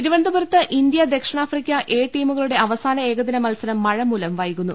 തിരുവനന്തപുരത്ത് ഇന്ത്യ ദക്ഷിണാഫ്രിക്ക എ ടീമുകളുടെ അവ സാന ഏകദിന മത്സരം മഴ മൂലം വൈകുന്നു